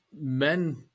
men